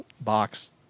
box